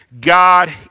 God